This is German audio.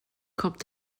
kommt